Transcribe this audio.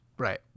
Right